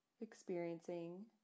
Experiencing